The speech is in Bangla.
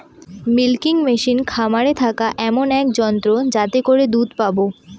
মিল্কিং মেশিন খামারে থাকা এমন এক যন্ত্র যাতে করে দুধ পাবো